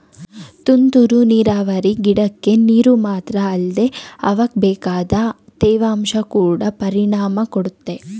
ತುಂತುರು ನೀರಾವರಿ ಗಿಡಕ್ಕೆ ನೀರು ಮಾತ್ರ ಅಲ್ದೆ ಅವಕ್ಬೇಕಾದ ತೇವಾಂಶ ಕೊಡ ಪರಿಣಾಮ ಕೊಡುತ್ತೆ